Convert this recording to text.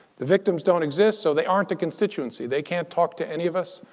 the victims don't exist, so they aren't a constituency. they can't talk to any of us.